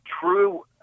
true